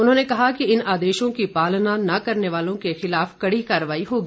उन्होंने कहा कि इन आदेशों की पालना न करने वालों के खिलाफ कड़ी कार्रवाई होगी